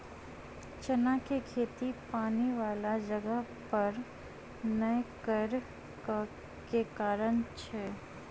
चना केँ खेती पानि वला जगह पर नै करऽ केँ के कारण छै?